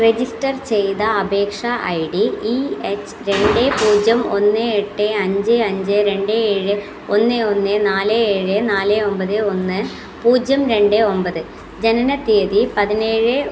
register ചെയ്ത അപേക്ഷ I D E H രണ്ട് പൂജ്യം ഒന്ന് എട്ട് അഞ്ച് അഞ്ച് രണ്ട് ഏഴ് ഒന്ന് ഒന്ന് നാല് ഏഴ് നാല് ഒമ്പത് ഒന്ന് പൂജ്യം രണ്ട് ഒമ്പത് ജനന തീയതി പതിനേഴ്